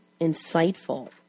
insightful